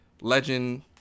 legend